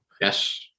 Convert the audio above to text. Yes